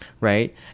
right